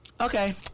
Okay